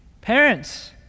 Parents